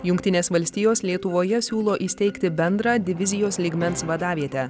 jungtinės valstijos lietuvoje siūlo įsteigti bendrą divizijos lygmens vadavietę